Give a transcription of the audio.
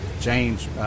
James